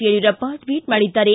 ಯಡಿಯೂರಪ್ಪ ಟ್ಲಿಟ್ ಮಾಡಿದ್ದಾರೆ